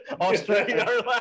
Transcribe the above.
Australia